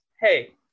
hey